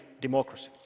democracy